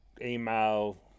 email